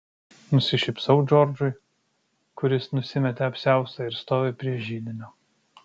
nusišypsau džordžui kuris nusimetė apsiaustą ir stovi prie židinio